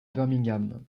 birmingham